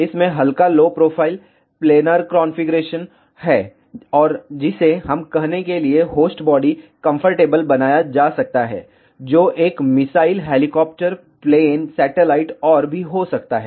इसमें हल्का low profile planar configuration है और जिसे हम कहने के लिए होस्ट बॉडी कंफर्टेबल बनाया जा सकता है जो एक मिसाइल हेलीकॉप्टर प्लेन सैटेलाइट और भी हो सकता है